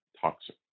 toxic